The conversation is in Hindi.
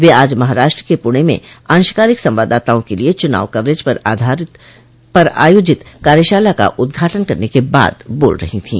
वे आज महाराष्ट्र के पुणे में अंशकालिक संवाददाताओं के लिए चुनाव कवरेज पर आयोजित कार्यशाला का उद्घाटन करने के बाद बोल रही थीं